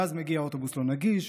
ואז מגיע אוטובוס לא נגיש,